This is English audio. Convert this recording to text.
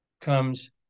comes